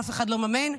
אף אחד לא מממן.